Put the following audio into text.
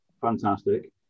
Fantastic